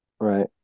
right